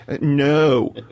No